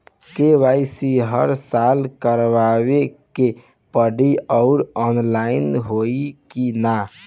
KYC हर साल करवावे के पड़ी और ऑनलाइन होई की ना?